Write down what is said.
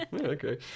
okay